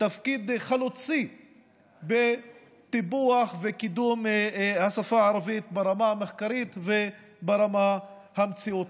תפקיד חלוצי בטיפוח ובקידום השפה הערבית ברמה המחקרית וברמה המציאותית.